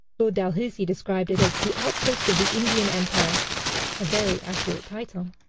lord dalhousie described it as the outpost of the indian empire a very accurate title.